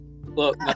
Look